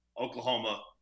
Oklahoma